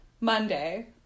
Monday